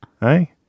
Hey